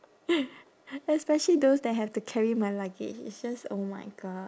especially those that have to carry my luggage it's just oh my god